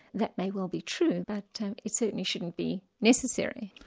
that may well be true but it certainly shouldn't be necessary.